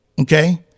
okay